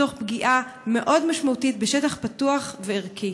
תוך פגיעה מאוד משמעותית בשטח פתוח וערכי?